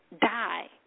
die